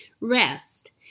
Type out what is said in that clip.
rest